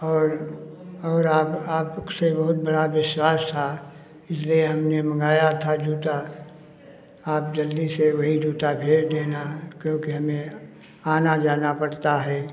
और और आप आप लोग से बहुत बड़ा विश्वास था इसलिए हमने मँगाया था जूता आप जल्दी से वही जूता भेज देना क्योंकि हमें आना जाना पड़ता है